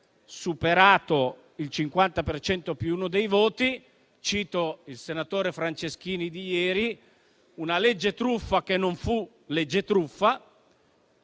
superato il 50 per cento più uno dei voti - cito il senatore Franceschini di ieri: una legge truffa che non fu legge truffa